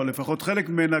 או לפחות חלק ממנה,